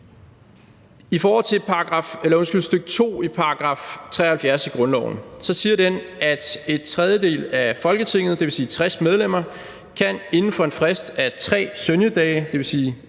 erstatning. Stk. 2 i § 73 i grundloven siger, at en tredjedel af Folketinget, dvs. 60 medlemmer, kan »inden for en frist af tre søgnedage« – dvs.